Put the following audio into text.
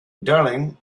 darling